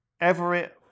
Everett